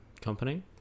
company